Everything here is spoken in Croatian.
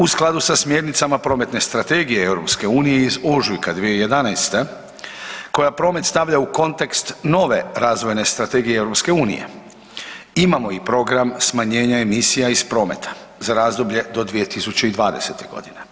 U skladu sa smjernicama prometne strategije EU iz ožujka 2011. koja promet stavlja u kontekst nove razvojne strategije EU imamo i program smanjenja emisija iz prometa za razdoblje do 2020. godine.